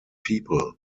people